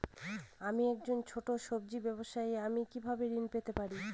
আমি একজন ছোট সব্জি ব্যবসায়ী আমি কিভাবে ঋণ পেতে পারি?